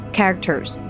characters